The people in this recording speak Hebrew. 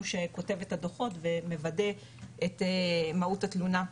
שכותב את הדו"חות ומוודא את מהות התלונה.